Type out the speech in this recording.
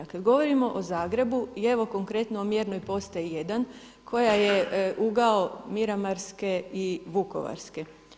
A kada govorimo o Zagrebu i evo konkretno o mjernoj postaji 1 koja je ugao Miramarske i Vukovarske.